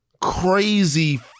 crazy